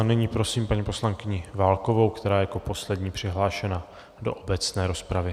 A nyní prosím paní poslankyni Válkovou, která je jako poslední přihlášená do obecné rozpravy.